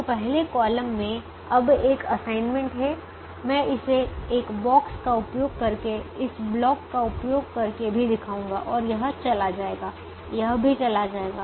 तो पहले कॉलम में अब एक असाइनमेंट है मैं इसे एक बॉक्स का उपयोग करके इस ब्लॉक का उपयोग करके भी दिखाऊंगा और यह चला जाएगा यह भी चला जाएगा